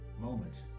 moment